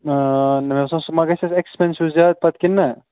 آ مےٚ باسان سُہ ما گژھ اَسہِ اٮ۪کٕسپٮ۪نسِو زیادٕ پَتہٕ کِنہٕ نہ